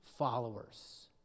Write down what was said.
Followers